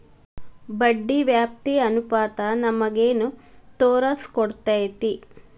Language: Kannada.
ಬಡ್ಡಿ ವ್ಯಾಪ್ತಿ ಅನುಪಾತ ನಮಗೇನ್ ತೊರಸ್ಕೊಡ್ತೇತಿ?